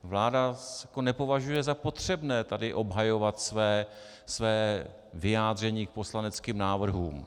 Vláda nepovažuje za potřebné tady obhajovat své vyjádření k poslaneckým návrhům.